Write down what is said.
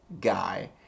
guy